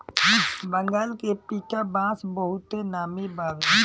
बंगाल के पीका बांस बहुते नामी बावे